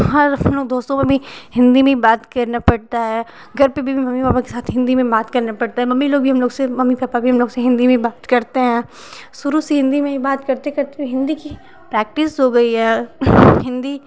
हम हम लोग दोस्तों मे भी हिंदी में हीं बात करना पड़ता है घर पर भी मम्मी पापा के साथ हिंदी में बात करने पड़ते है मम्मी लोग भी हम लोग से मम्मी पापा भी हम लोग से हिंदी में बात करते है शुरू से ही हिंदी में बात करते करते हुए हिंदी की प्रैक्टिस हो गई है हिंदी